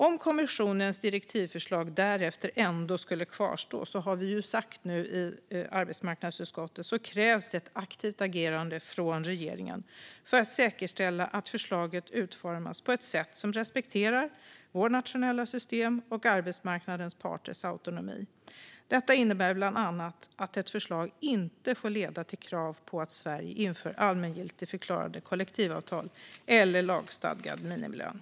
Om kommissionens direktivförslag därefter ändå skulle kvarstå har vi sagt i arbetsmarknadsutskottet att det krävs ett aktivt agerande från regeringen för att säkerställa att förslaget utformas på ett sätt som respekterar vårt nationella system och arbetsmarknadens parters autonomi. Detta innebär bland annat att ett förslag inte får leda till krav på att Sverige inför allmängiltigförklarade kollektivavtal eller lagstadgad minimilön.